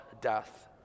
death